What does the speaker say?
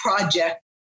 project